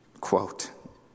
quote